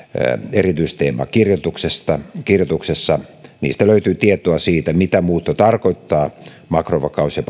erityisteemakirjoituksessa niistä löytyy tietoa siitä mitä muutto tarkoittaa makrovakaus ja